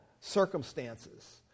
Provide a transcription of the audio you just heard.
circumstances